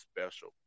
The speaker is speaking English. special